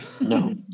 No